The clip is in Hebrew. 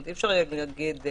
אז צריך לבדוק את זה,